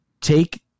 take